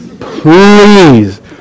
Please